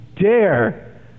dare